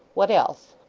what else